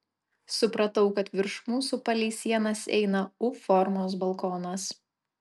supratau kad virš mūsų palei sienas eina u formos balkonas